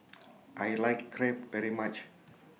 I like Crepe very much